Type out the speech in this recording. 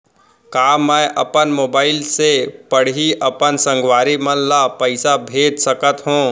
का मैं अपन मोबाइल से पड़ही अपन संगवारी मन ल पइसा भेज सकत हो?